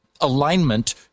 alignment